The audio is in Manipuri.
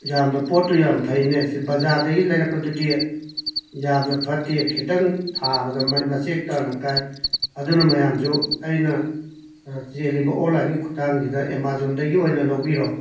ꯌꯥꯝꯅ ꯄꯣꯠꯇꯨ ꯌꯥꯝꯅ ꯐꯩꯅꯦ ꯕꯖꯥꯔꯗꯒꯤ ꯂꯩꯔꯛꯄꯗꯨꯗꯤ ꯌꯥꯝꯅ ꯐꯠꯇꯦ ꯈꯤꯇꯪ ꯊꯥꯕꯗ ꯃ ꯃꯆꯦꯠ ꯇꯥꯅ ꯀꯥꯏ ꯑꯗꯨꯅ ꯃꯌꯥꯝꯁꯨ ꯑꯩꯅ ꯆꯦꯜꯂꯤꯕ ꯑꯣꯂꯥꯏꯟꯒꯤ ꯈꯨꯠꯊꯥꯡꯁꯤꯗ ꯑꯦꯃꯥꯖꯣꯟꯗꯒꯤ ꯑꯣꯏꯅ ꯂꯧꯕꯤꯔꯣ